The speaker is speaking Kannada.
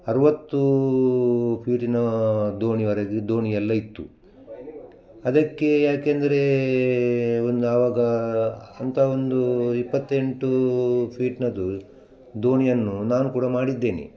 ಅರವತ್ತಿ ಫೀಟಿನ ದೋಣಿವರೆಗೆ ದೋಣಿಯೆಲ್ಲ ಇತ್ತು ಅದಕ್ಕೆ ಯಾಕೆಂದರೆ ಒಂದು ಆವಾಗ ಅಂತ ಒಂದು ಇಪ್ಪತ್ತೆಂಟು ಫೀಟ್ನದು ದೋಣಿಯನ್ನು ನಾನು ಕೂಡ ಮಾಡಿದ್ದೇನೆ